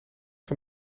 van